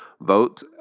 vote